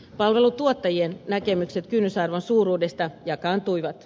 palveluntuottajien näkemykset kynnysarvon suuruudesta jakaantuivat